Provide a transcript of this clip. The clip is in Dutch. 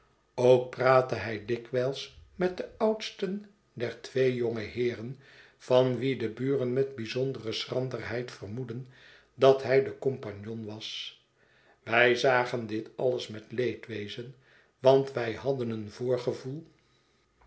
ook praatte hij dikwijls met den oudsten der twee jonge heeren van wien de buren met bijzondere schranderheid vermoedden dat hij de com p was wij zagen dit alles met leedwezen want wij hadden een voorgevoel